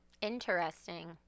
Interesting